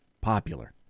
popular